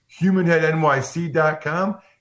HumanHeadNYC.com